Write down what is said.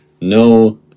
no